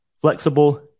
flexible